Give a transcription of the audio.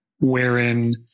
wherein